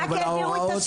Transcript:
רק העבירו את השם.